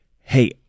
Hey